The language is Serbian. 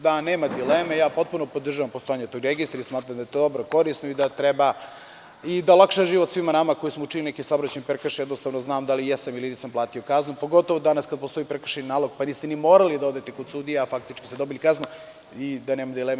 Da, nema dileme, ja potpuno podržavam postojanje tog registra i smatram da je to dobro, korisno i da treba da olakša život svima nama koji smo učinili neki saobraćajni prekršaj, odnosno da znam da li jesam ili nisam platio kaznu, pogotovo danas kada postoji prekršajni nalog, pa niste ni morali da odete kod sudije a faktički ste dobili kaznu i da nema dileme.